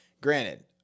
Granted